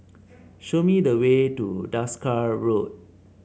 show me the way to Desker Road